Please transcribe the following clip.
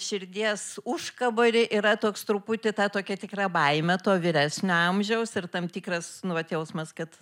širdies užkabory yra toks truputį ta tokia tikra baimė to vyresnio amžiaus ir tam tikras nu vat jausmas kad